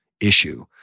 issue